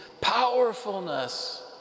powerfulness